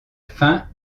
fin